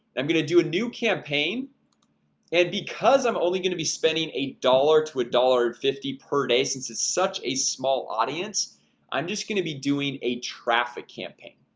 i'm gonna do a new campaign and because i'm only gonna be spending a dollar to a dollar and fifty per day since it's such a small audience i'm just gonna be doing a traffic campaign.